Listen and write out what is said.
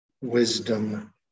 wisdom